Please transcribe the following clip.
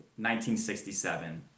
1967